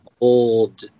old